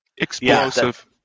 Explosive